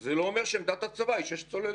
זה לא אומר שעמדת הצבא היא שש צוללות.